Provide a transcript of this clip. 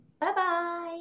Bye-bye